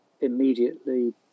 immediately